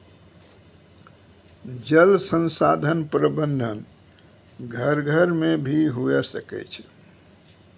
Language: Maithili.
जल संसाधन प्रबंधन घर घर मे भी हुवै सकै छै